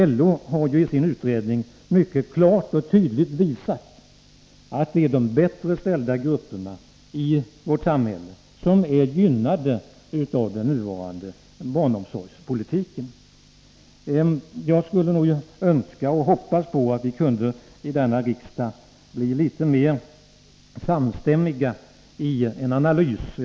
LO har i sin utredning mycket klart och tydligt visat att det är de bättre ställda grupperna i vårt samhälle som är gynnade av den nuvarande barnomsorgspolitiken. Jag skulle önska och vilja hoppas på att vi i denna riksdag kunde bli litet mer samstämmiga i en analys av dessa frågor.